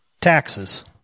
Taxes